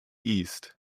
east